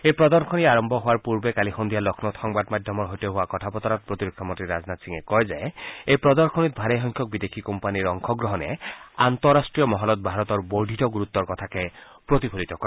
এই প্ৰদশনী আৰম্ভ হোৱাৰ পূৰ্বে কালি সন্ধিয়া লক্ষ্ণৌত সংবাদ মাধ্যমৰ সৈতে হোৱা কথা বতৰাত প্ৰতিৰক্ষামন্ত্ৰী ৰাজনাথ সিঙে কয় যে এই প্ৰদশনীত ভালেসংখ্যক বিদেশী কোম্পানীৰ অংশগ্ৰহণে আন্তঃৰাষ্ট্ৰীয় মহলত ভাৰতৰ বৰ্ধিত গুৰুত্বৰ কথাকে প্ৰতিফলিত কৰে